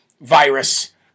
virus